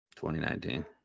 2019